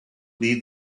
leave